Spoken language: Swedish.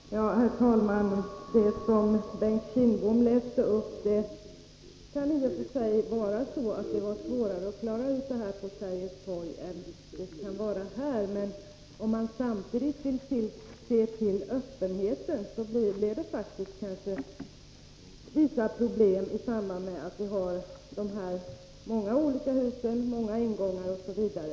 Herr talman! När det gäller det avsnitt av ett betänkande från konstitutionsutskottet som Bengt Kindbom läste upp, kan det i och för sig förhålla sig så, att det var svårare att klara dessa frågor vid Sergels torg än vad det kan vara här på Helgeandsholmen. Men om man samtidigt vill se till öppenheten måste vi faktiskt säga oss att det har blivit vissa problem i samband med att vi har flera olika hus med många ingångar osv.